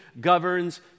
governs